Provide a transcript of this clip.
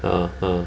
(uh huh)